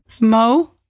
Mo